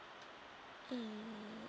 mm